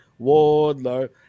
Wardlow